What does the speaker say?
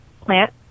Plant